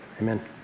Amen